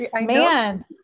Man